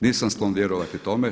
Nisam sklon vjerovati tome.